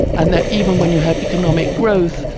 and that even when you have economic growth,